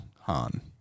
Han